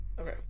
Okay